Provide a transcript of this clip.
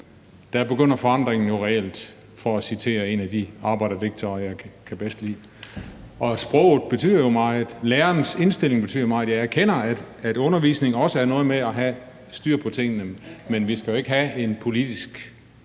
Der begynder forandringen jo reelt, for at citere en af de arbejderdigtere, jeg bedst kan lide. Sproget betyder jo meget. Lærerens indstilling betyder meget. Jeg erkender, at undervisning også er noget med at have styr på tingene, men vi skal jo ikke have retningslinjer